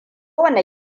wane